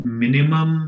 minimum